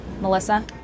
Melissa